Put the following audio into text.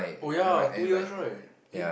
oh ya two years right eh